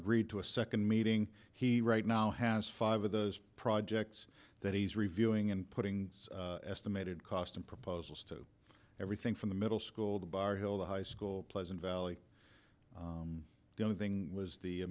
agreed to a second meeting he right now has five of those projects that he's reviewing and putting estimated cost and proposals to everything from the middle school the barville the high school pleasant valley i don't thing was the